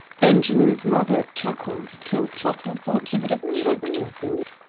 benjamin's mother chuckled till trottle thought she would have choked herself.